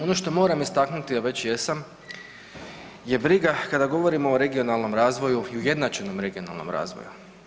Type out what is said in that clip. Ono što moram istaknuti a već jesam je briga kada govorimo o regionalnom razvoju i ujednačenom regionalnom razvoju.